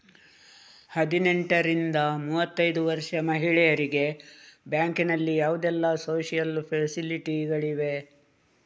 ಹದಿನೆಂಟರಿಂದ ಮೂವತ್ತೈದು ವರ್ಷ ಮಹಿಳೆಯರಿಗೆ ಬ್ಯಾಂಕಿನಲ್ಲಿ ಯಾವುದೆಲ್ಲ ಸೋಶಿಯಲ್ ಫೆಸಿಲಿಟಿ ಗಳಿವೆ?